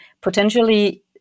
potentially